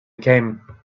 came